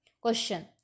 Question